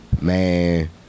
Man